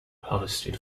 harvested